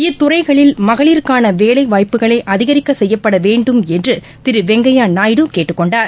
இத்துறைகளில் மகளிருக்காள வேலை வாய்ப்புகளை அதிகரிக்கச் செய்யப்பட வேண்டும் என்று திரு வெங்கய்யா நாயுடு கேட்டுக் கொண்டார்